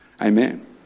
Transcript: Amen